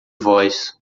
voz